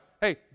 hey